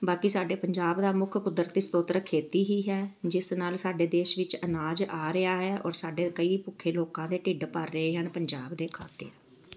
ਬਾਕੀ ਸਾਡੇ ਪੰਜਾਬ ਦਾ ਮੁੱਖ ਕੁਦਰਤੀ ਸਰੋਤਰ ਖੇਤੀ ਹੀ ਹੈ ਜਿਸ ਨਾਲ ਸਾਡੇ ਦੇਸ਼ ਵਿੱਚ ਅਨਾਜ ਆ ਰਿਹਾ ਹੈ ਔਰ ਸਾਡੇ ਕਈ ਭੁੱਖੇ ਲੋਕਾਂ ਦੇ ਢਿੱਡ ਭਰ ਰਹੇ ਹਨ ਪੰਜਾਬ ਦੇ ਖਾਤਿਰ